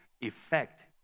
effect